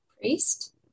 Priest